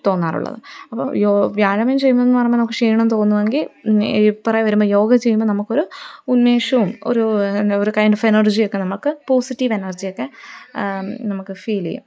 തോന്നാറുള്ളത് അപ്പോള് വ്യായാമം ചെയ്യുന്നതെന്നു പറയുമ്പോള് നമുക്ക് ക്ഷീണം തോന്നുവെങ്കില് ഇപ്പറേ വരുമ്പോള് യോഗ ചെയ്യുമ്പോള് നമുക്കൊരു ഉന്മേഷവും ഒരൂ എന്താ ഒരു കൈന്ഡോഫ് എനർജിയൊക്കെ നമുക്ക് പോസിറ്റീവ് എനർജിയൊക്കെ നമുക്ക് ഫീലെയ്യും